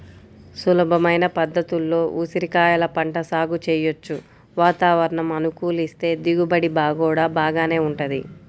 సులభమైన పద్ధతుల్లో ఉసిరికాయల పంట సాగు చెయ్యొచ్చు, వాతావరణం అనుకూలిస్తే దిగుబడి గూడా బాగానే వుంటది